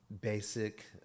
basic